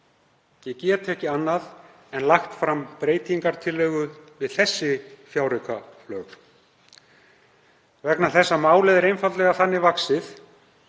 ég ekki annað en lagt fram breytingartillögu við þessi fjáraukalög vegna þess að málið er einfaldlega þannig vaxið